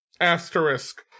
asterisk